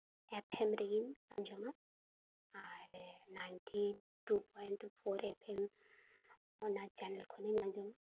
FM ᱨᱮᱜᱤᱧ ᱟᱸᱡᱚᱢᱟ ᱟᱨ ninety two point four FM ᱚᱱᱟ ᱪᱮᱱᱮᱞ ᱠᱛᱷᱚᱱᱤᱧ ᱟᱸᱡᱚᱢᱟ